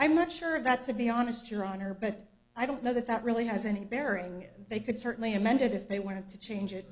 i'm not sure that to be honest your honor but i don't know that that really has any bearing they could certainly amended if they want to change it